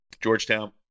Georgetown